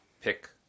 pick